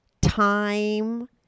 time